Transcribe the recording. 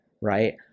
right